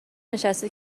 نشسته